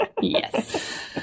Yes